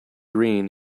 green